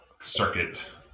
circuit